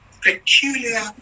peculiar